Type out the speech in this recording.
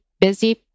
busy